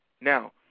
Now